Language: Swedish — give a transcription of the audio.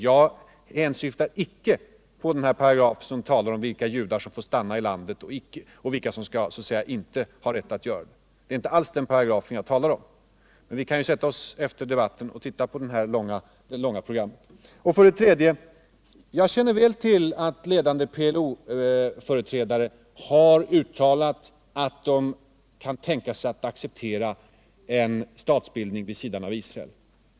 Jag hänsyftar icke på den paragraf som talar om vilka judar som får stanna i landet och vilka som så att säga inte har rätt att göra det. Det är inte alls den paragrafen jag talar om, men vi kan ju efter debatten sätta oss ner och titta på det långa programmet. Jag känner till att ledande PLO-företrädare har uttalat att de kan tänka sig att acceptera en statsbildning vid sidan av Israel.